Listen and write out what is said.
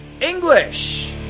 English